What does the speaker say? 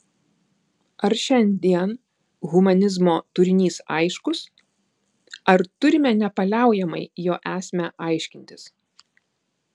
ar šiandien humanizmo turinys aiškus ar turime nepaliaujamai jo esmę aiškintis